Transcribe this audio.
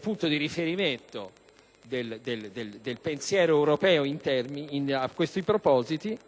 punto di riferimento del pensiero europeo su questo argomento,